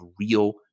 real